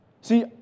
See